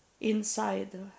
inside